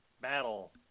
battle